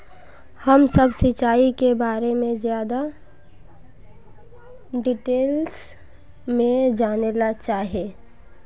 हम सब सिंचाई के बारे में ज्यादा डिटेल्स में जाने ला चाहे?